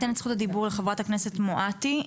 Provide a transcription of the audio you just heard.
אתן את זכות הדיבור לחברת הכנסת מואטי,